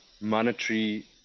monetary